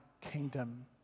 kingdom